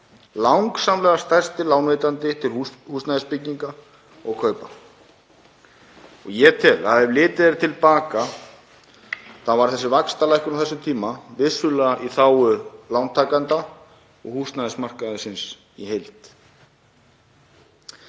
langsamlega stærsti lánveitandi til húsnæðisbygginga og kaupa. Ég tel að ef litið er til baka þá hafi þessi vaxtalækkun, á þessum tíma, vissulega verið í þágu lántakenda og húsnæðismarkaðarins í heild.